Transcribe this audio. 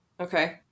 Okay